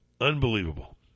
Unbelievable